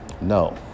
No